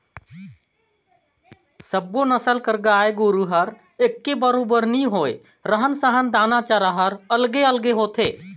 सब्बो नसल कर गाय गोरु हर एके बरोबर नी होय, रहन सहन, दाना चारा हर अलगे अलगे होथे